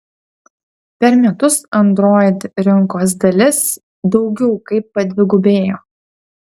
per metus android rinkos dalis daugiau kaip padvigubėjo